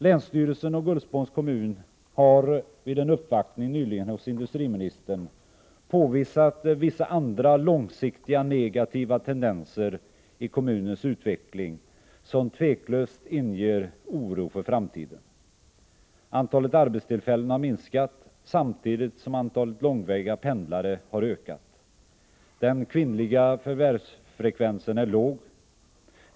Länsstyrelsen och Gullspångs kommun har vid en uppvaktning nyligen hos industriministern påvisat vissa andra långsiktiga negativa tendenser i kommunens utveckling, som tveklöst inger oro för framtiden: — Antalet arbetstillfällen har minskat, samtidigt som antalet långväga pendlare har ökat. — Den kvinnliga förvärvsfrekvensen är låg.